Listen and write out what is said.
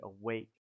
awake